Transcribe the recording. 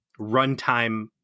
runtime